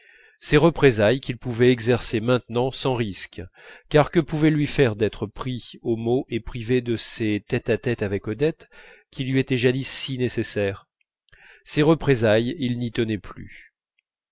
ces représailles qu'il pouvait exercer maintenant sans risques car que pouvait lui faire d'être pris au mot et privé de ces tête-à-tête avec odette qui lui étaient jadis si nécessaires ces représailles il n'y tenait plus